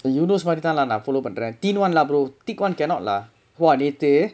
eunos மாதிரிதாலா நா:maathirithaalaa naa follow பண்ற:pandra thin [one] lah brother thick [one] cannot lah !wah! நேத்து:nethu